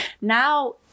now